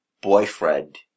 boyfriend